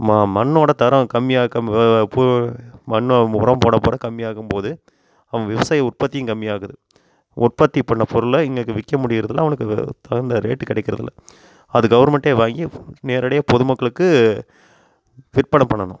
மா மண்ணோடய தரம் கம்மியாக இருக்க பு மண்ணோடய உரம் போட போட கம்மியாக இருக்கும் போது அவன் விவசாயி உற்பத்தியும் கம்மியாகுது உற்பத்தி பண்ண பொருளை இன்றைக்கு விற்க முடியுறதில்ல அவனுக்கு தகுந்த ரேட்டு கிடைக்கிறதில்ல அது கவுர்மெண்ட்டே வாங்கி நேரடியாக பொதுமக்களுக்கு விற்பனை பண்ணனும்